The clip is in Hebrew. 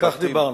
על כך דיברנו.